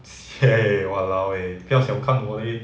seh !walao! eh 不要小看我 leh